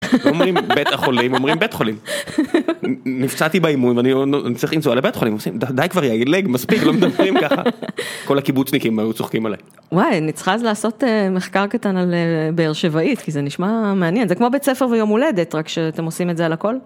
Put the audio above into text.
לא אומרים בית החולים. אומרים בית חולים. נפצעתי באימון ואני צריך לנסוע לבית חולים עושים די כבר יגיד עילג מספיק לא מדברים ככה. כל הקיבוצניקים היו צוחקים עלי. וואי, אני צריכה לעשות מחקר קטן על באר שבעית כי זה נשמע מעניין זה כמו בית ספר ויום הולדת רק שאתם עושים את זה על הכל.